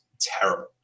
terrible